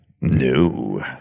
No